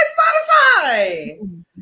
Spotify